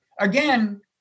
again